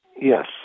Yes